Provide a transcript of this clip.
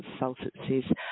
consultancies